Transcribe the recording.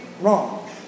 wrong